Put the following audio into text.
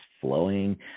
flowing